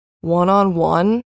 one-on-one